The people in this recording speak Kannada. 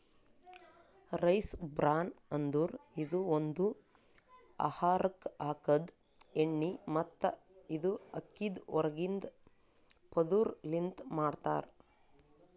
ರೈಸ್ ಬ್ರಾನ್ ಅಂದುರ್ ಇದು ಒಂದು ಆಹಾರಕ್ ಹಾಕದ್ ಎಣ್ಣಿ ಮತ್ತ ಇದು ಅಕ್ಕಿದ್ ಹೊರಗಿಂದ ಪದುರ್ ಲಿಂತ್ ಮಾಡ್ತಾರ್